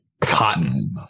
cotton